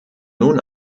nun